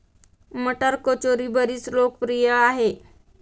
मटार कचोरी बरीच लोकप्रिय आहे